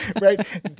Right